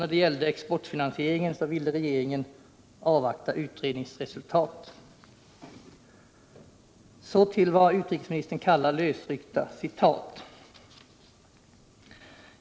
När det gällde exportfinansieringen ville regeringen avvakta utredningsresultatet. Så till vad utrikesministern kallar lösryckta citat.